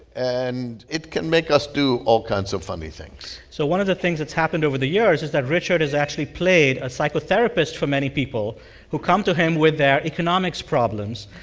and it can make us do all kinds of funny things so one of the things that's happened over the years is that richard has actually played a psychotherapist for many people who come to him with their economics problems.